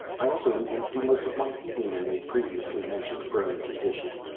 i also intend to do most of my eating in the previously mentioned prone condition.